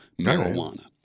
marijuana